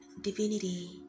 divinity